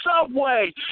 subway